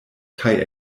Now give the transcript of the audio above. kaj